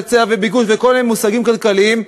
היצע וביקוש וכל מיני מושגים כלכליים,